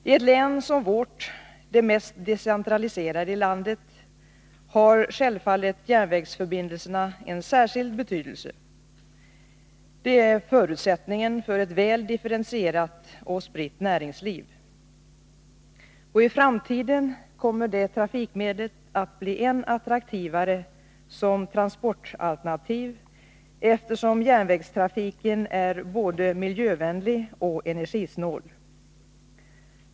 I ett län som vårt — det mest decentraliserade i landet — har självfallet järnvägsförbindelserna en särskild betydelse. De är förutsättningen för ett väl differentierat och spritt näringsliv. I framtiden kommer detta trafikmedel att bli än attraktivare som transportalternativ eftersom järnvägstrafiken är både miljövänlig och energisnål.